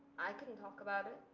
i couldn't talk about it.